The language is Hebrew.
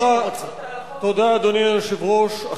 אדוני היושב-ראש,